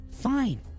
Fine